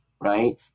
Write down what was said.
Right